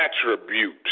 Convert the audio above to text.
attribute